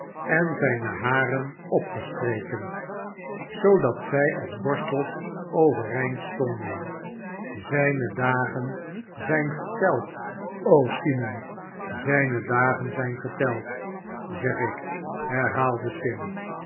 en zijne haren opgestreken zoodat zij als borstels overeind stonden szijne dagen zijn geteld sosimon zijne dagen zijn geteld zeg ik herhaalde sim